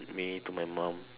me to my mum